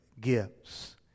gifts